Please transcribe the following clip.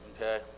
okay